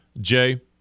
Jay